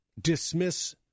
dismiss